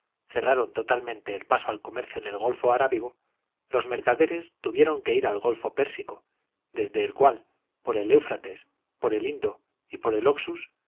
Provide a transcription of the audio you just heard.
cerraron totalmente el paso al comercio en el golfo arábigo los mercaderes tuvieron que ir al golfo pérsico desde el cual por el eufrates por el indo y por el oxus